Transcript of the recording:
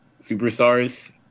superstars